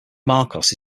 marcos